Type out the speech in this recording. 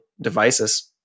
devices